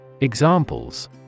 Examples